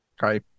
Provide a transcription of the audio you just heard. Hi